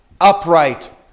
upright